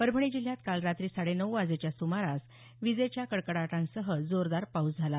परभणी जिल्ह्यात काल रात्री साडे नऊ वाजेच्या सुमारास विजेच्या कडकडाटांसह जोरदार पाऊस झाला